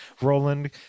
roland